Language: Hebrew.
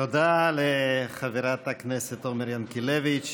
תודה לחברת הכנסת עומר ינקלביץ'.